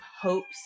hopes